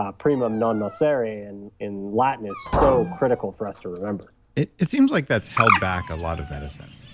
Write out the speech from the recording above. ah primum non nocere and in latin is so critical for us to remember it it seems like that's held back a lot of medicine.